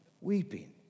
Weeping